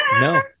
no